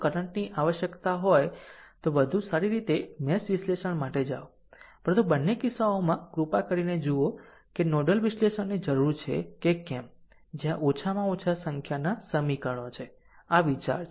જો કરંટ ની આવશ્યકતા હોય તો વધુ સારી રીતે મેશ વિશ્લેષણ માટે જાઓ પરંતુ બંને કિસ્સાઓમાં કૃપા કરીને જુઓ કે નોડલ વિશ્લેષણની જરૂર છે કે કેમ જ્યાં ઓછામાં ઓછા સંખ્યાનાં સમીકરણો છે આ વિચાર છે